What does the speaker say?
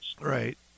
Right